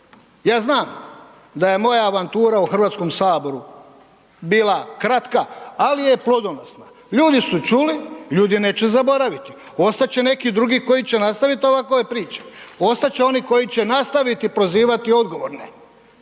Ja znam da je moja avantura u HS-u bila kratka, ali je plodonosna. Ljudi su čuli, ljudi neće zaboraviti. Ostat će neki drugi koji će nastaviti ovakove priče. Ostat će oni koji će nastaviti prozivati odgovorne.